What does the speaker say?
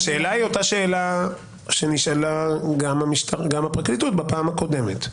השאלה היא אותה שאלה שנשאלה גם בפרקליטות בפעם הקודמת: